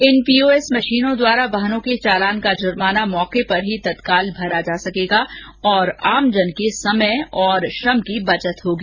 इन POS मषीनों द्वारा वाहनों के चालान का जुर्माना मौके पर ही तत्काल भरा जा सकेगा तथा आमजन के समय व श्रम की बचत होगी